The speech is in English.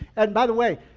and by the way,